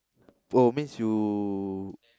oh means you